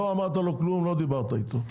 לא אמרת לו כלום, לא דיברת איתו.